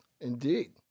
Indeed